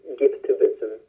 giftivism